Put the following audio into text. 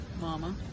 Mama